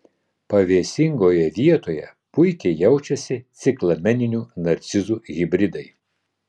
pavėsingoje vietoje puikiai jaučiasi ciklameninių narcizų hibridai